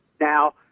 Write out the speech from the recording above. Now